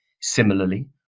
Similarly